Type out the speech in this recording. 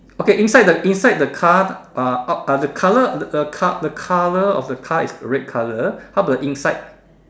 okay inside the inside the car uh the color the the car the color of the car is red color how about the inside